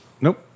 Nope